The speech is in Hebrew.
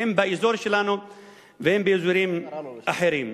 הן באזור שלנו והן באזורים אחרים.